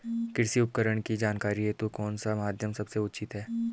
कृषि उपकरण की जानकारी हेतु कौन सा माध्यम सबसे उचित है?